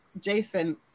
Jason